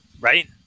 Right